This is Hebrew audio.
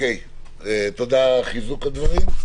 תודה על חיזוק הדברים.